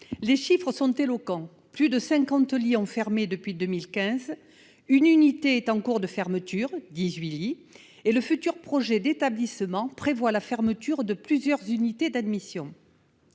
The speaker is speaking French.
Les chiffres sont éloquents : plus de cinquante lits ont fermé depuis 2015 ; une unité est en cours de fermeture, soit dix-huit lits supprimés, et le futur projet d'établissement prévoit la fermeture de plusieurs unités d'admission.